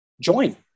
join